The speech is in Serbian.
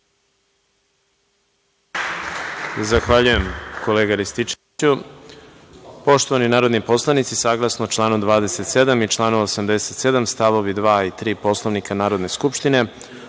Zahvaljujem kolega Rističeviću. Poštovani narodni poslanici, saglasno članu 27. i članu 87. stavovi 2. i 3. Poslovnika Narodne skupštine,